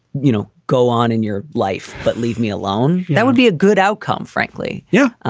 you know, go on in your life, but leave me alone. that would be a good outcome, frankly. yeah,